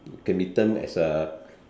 can be termed as a